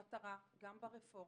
המטרה, גם ברפורמה,